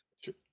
Sure